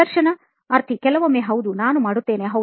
ಸಂದರ್ಶನಾರ್ಥಿಕೆಲವೊಮ್ಮೆ ಹೌದು ನಾನು ಮಾಡುತ್ತೇನೆ